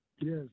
Yes